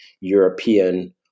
European